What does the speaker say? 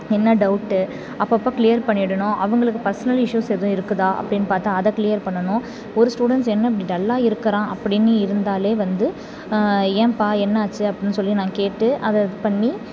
என்ன டௌட்டு அப்பப்போ க்ளியர் பண்ணிவிடணும் அவங்களுக்கு பர்சனல் இஷுஸ் எதுவும் இருக்குதா அப்படின்னு பார்த்தா அதை க்ளியர் பண்ணணும் ஒரு ஸ்டூடண்ட்ஸ் என்ன இப்படி டல்லாக இருக்கிறான் அப்படின்னு இருந்தாலே வந்து ஏன்பா என்னாச்சு அப்பிடின்னு சொல்லி நான் கேட்டு அதை இது பண்ணி